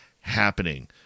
happening